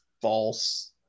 false